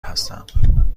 هستم